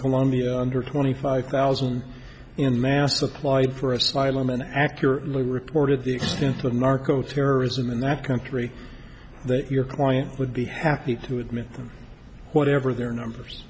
colombia under twenty five thousand in mass applied for asylum in accurately reported the existence of narco terrorism in that country that your client would be happy to admit whatever their numbers